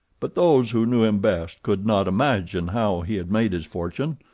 but those who knew him best could not imagine how he had made his fortune,